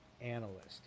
analyst